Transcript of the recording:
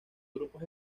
grupos